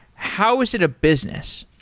how is it a business?